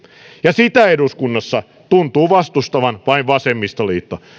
ja sitä eduskunnassa tuntuu vastustavan vain vasemmistoliitto